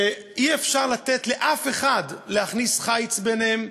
ואי-אפשר לתת לאף אחד להכניס חיץ ביניהם,